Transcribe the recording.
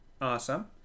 awesome